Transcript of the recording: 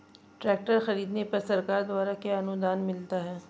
Tractor खरीदने पर सरकार द्वारा क्या अनुदान मिलता है?